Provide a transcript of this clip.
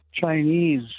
Chinese